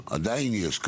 עדיין יש,